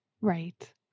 Right